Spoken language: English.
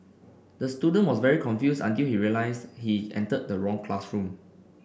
the student was very confused until he realised he entered the wrong classroom